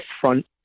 front